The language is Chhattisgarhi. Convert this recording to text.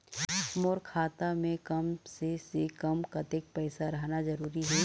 मोर खाता मे कम से से कम कतेक पैसा रहना जरूरी हे?